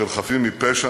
בחפים מפשע.